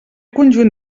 conjunt